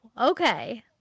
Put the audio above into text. okay